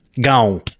gone